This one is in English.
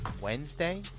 Wednesday